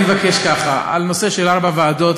אני מבקש לומר כך: על נושא ארבע הוועדות